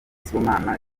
sibomana